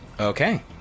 Okay